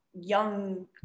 young